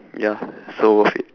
ya so worth it